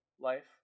life